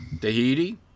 Tahiti